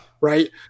Right